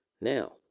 Now